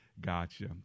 gotcha